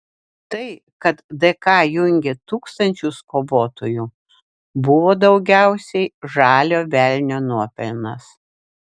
tai kad dka jungė tūkstančius kovotojų buvo daugiausiai žalio velnio nuopelnas